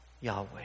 Yahweh